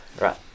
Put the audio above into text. right